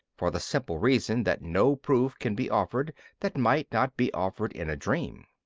for the simple reason that no proof can be offered that might not be offered in a dream.